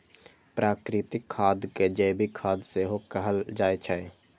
प्राकृतिक खाद कें जैविक खाद सेहो कहल जाइ छै